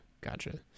gotcha